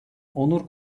onur